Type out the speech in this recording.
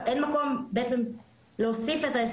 בהקשר של הבקרה המקצועית,